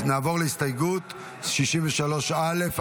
נעבור להסתייגות 63 א'.